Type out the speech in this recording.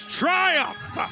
triumph